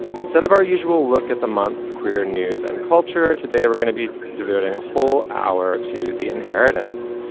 instead of our usual look at the month's queer news and culture. today, we're gonna be devoting a whole hour to the inheritance,